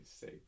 sake